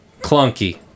clunky